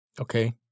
okay